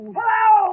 Hello